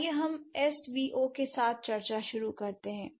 आइए हम एसवीओ के साथ चर्चा शुरू करते हैं